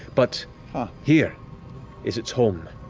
but here is its home,